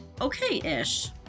okay-ish